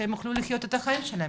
שהם יוכלו לחיות את החיים שלהם,